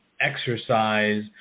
exercise